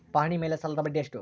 ಪಹಣಿ ಮೇಲೆ ಸಾಲದ ಬಡ್ಡಿ ಎಷ್ಟು?